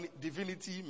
divinity